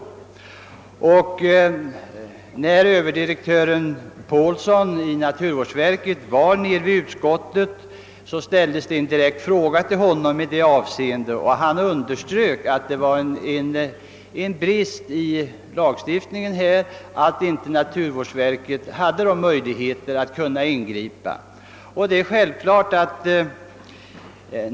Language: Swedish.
När överdirektören Paulsson i naturvårdsverket besökte utskottet ställdes en direkt fråga till honom därom, och han underströk att det var en brist i lagstiftningen att naturvårdsverket inte hade möjligheter att ingripa.